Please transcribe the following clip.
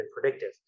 predictive